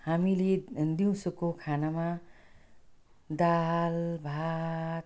हामीले दिउँसोको खानामा दाल भात